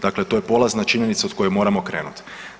Dakle to je polazna činjenica od koje moramo krenuti.